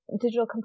digital